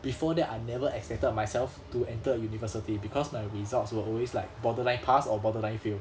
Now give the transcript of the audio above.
before that I never expected myself to enter a university because my results were always like borderline pass or borderline fail